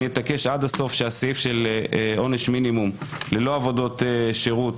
אני אתעקש עד הסוף שהסעיף של עונש מינימום ללא עבודות שירות,